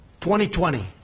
2020